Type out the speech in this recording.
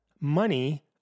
money